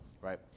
Right